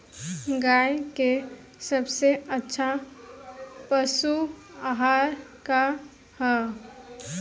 गाय के सबसे अच्छा पशु आहार का ह?